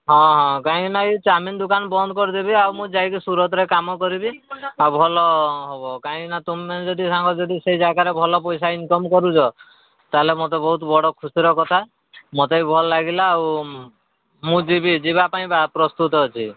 ହଁ ହଁ କାହିଁକିନା ଏଇ ଚାଓମିିନ ଦୋକାନ ବନ୍ଦ କରିଦେବି ଆଉ ମୁଁ ଯାଇକି ସୁରଟରେ କାମ କରିବି ଆଉ ଭଲ ହେବ କାହିଁକିନା ତୁମେ ଯଦି ସାଙ୍ଗ ଯଦି ସେଇ ଜାଗାରେ ଭଲ ପଇସା ଇନକମ୍ କରୁଛ ତାହେଲେ ମୋତେ ବହୁତ ବଡ଼ ଖୁସିର କଥା ମୋତେ ବି ଭଲ ଲାଗିଲା ଆଉ ମୁଁ ଯିବି ଯିବା ପାଇଁ ବା ପ୍ରସ୍ତୁତ ଅଛି